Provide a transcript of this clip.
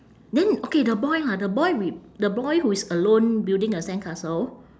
then okay the boy ha the boy with the boy who is alone building a sandcastle